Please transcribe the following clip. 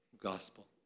gospel